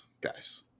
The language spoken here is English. guys